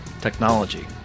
Technology